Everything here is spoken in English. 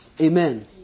amen